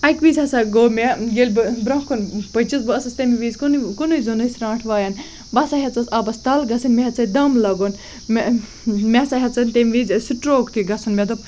اَکہِ وِز ہَسا گوٚو مےٚ ییٚلہِ بہٕ برونٛہہ کُن پیٚچِس بہٕ ٲسِس تمہِ وِز کُنے زوٚنٕے سرانٛٹھ وایان بہٕ َسا ہیٚژاس آبَس تَل گَژھٕنۍ مےٚ ہیٚژاے دَم لَگُن مےٚ ہَسا ہیٚژون تمہِ وِز سٹروک تہِ گَژھُن مےٚ دوٚپ